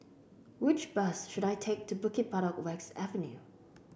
which bus should I take to Bukit Batok West Avenue